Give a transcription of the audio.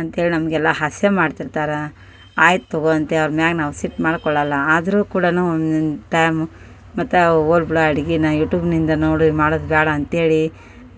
ಅಂತೇಳಿ ನಮಗೆಲ್ಲ ಹಾಸ್ಯ ಮಾಡ್ತಿರ್ತಾರೆ ಆಯ್ತು ತಗೋ ಅಂತ ಅವ್ರ ಮೇಲೆ ನಾವು ಸಿಟ್ಟು ಮಾಡ್ಕೊಳೋಲ್ಲ ಆದರೂ ಕೂಡ ಒನ್ನೊಂದು ಟೈಮು ಮತ್ತು ಹೋಗ್ಲಿ ಬಿಡು ಅಡುಗೇನ ಯೂಟೂಬ್ನಿಂದ ನೋಡಿ ಮಾಡೋದು ಬೇಡ ಅಂತೇಳಿ